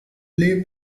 play